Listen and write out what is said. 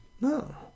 No